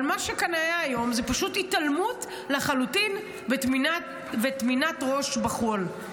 אבל מה שהיה כאן היום הוא פשוט התעלמות לחלוטין וטמינת ראש בחול,